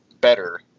better